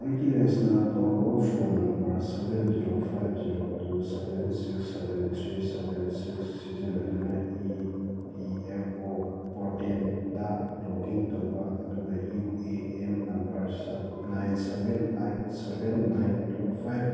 ꯑꯩꯒꯤ ꯔꯦꯁꯇꯥꯔ ꯇꯧꯔꯕ phone number seven zero five zero two seven six seven three seven six ꯁꯤꯖꯤꯟꯅꯗꯨꯅ E P F O ꯄꯣꯔꯇꯦꯜꯗ log in ꯇꯧꯕ ꯑꯗꯨꯒ U A N number nine seven eight seven nine two five